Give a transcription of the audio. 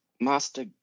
master